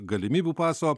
galimybių paso